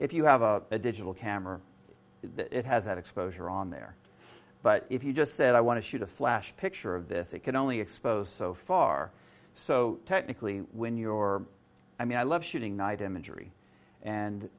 if you have a digital camera that has that exposure on there but if you just said i want to shoot a flash picture of this it can only expose so far so technically when your i mean i love shooting night imagery and